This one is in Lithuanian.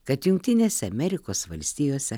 kad jungtinėse amerikos valstijose